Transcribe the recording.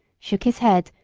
shook his head,